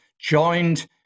joined